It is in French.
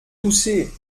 toussez